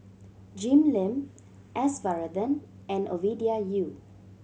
Jim Lim S Varathan and Ovidia Yu